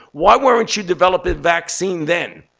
why weren't you developing vaccine then?